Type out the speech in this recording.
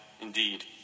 Indeed